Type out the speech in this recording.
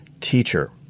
teacher